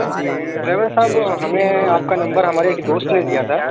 جی driver صاحب ہمیں آپ کا نمبر ہمارے ایک دوست نے دیا تھا